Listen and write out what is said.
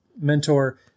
mentor